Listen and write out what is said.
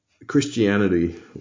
Christianity